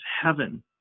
heaven